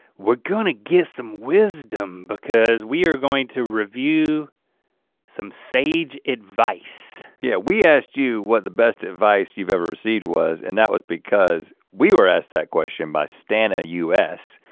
we're gonna get some wisdom, because we are going to review some sage advice. yeah, we asked you what the best advice you've ever received was, and that was because, we were asked that question by stanna us,